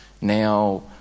Now